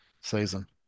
season